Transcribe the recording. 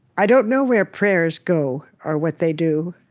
i don't know where prayers go, or what they do.